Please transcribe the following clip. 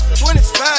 25